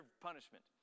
punishment